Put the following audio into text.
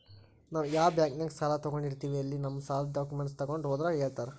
ನಾವ್ ಯಾ ಬಾಂಕ್ನ್ಯಾಗ ಸಾಲ ತೊಗೊಂಡಿರ್ತೇವಿ ಅಲ್ಲಿ ನಮ್ ಸಾಲದ್ ಡಾಕ್ಯುಮೆಂಟ್ಸ್ ತೊಗೊಂಡ್ ಹೋದ್ರ ಹೇಳ್ತಾರಾ